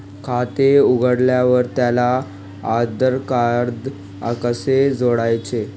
खाते उघडल्यावर त्याला आधारकार्ड कसे जोडायचे?